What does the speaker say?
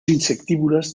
insectívores